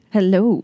Hello